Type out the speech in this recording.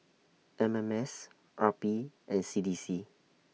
M M S R P and C D C